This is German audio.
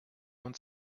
uns